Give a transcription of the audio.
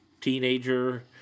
teenager